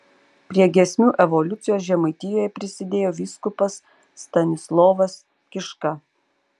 prie giesmių evoliucijos žemaitijoje prisidėjo vyskupas stanislovas kiška